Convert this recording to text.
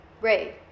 Ray